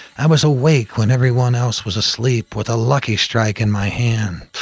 i was awake when everyone else was asleep, with a lucky strike in my hand.